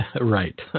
right